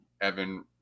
Evan